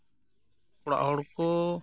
ᱚᱲᱟᱜ ᱦᱚᱲ ᱠᱚ